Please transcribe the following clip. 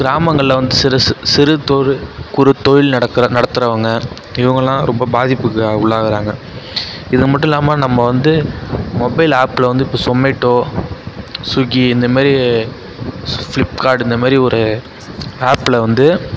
கிராமங்களில் வந்து சிறு சிறு சிறு குறு தொழில் நடக்கிற நடத்துகிறவங்க இவங்கள்லாம் ரொம்ப பாதிப்புக்கு உள்ளாகிறாங்க இது மட்டும் இல்லாமல் நம்ம வந்து மொபைல் ஆப்பில் வந்து இப்போ சோமேட்டோ சுக்கி இந்தமாரி பிளிப்கார்டு இந்தமாதிரி ஒரு ஆப்பில் வந்து